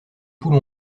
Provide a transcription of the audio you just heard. poules